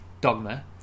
dogma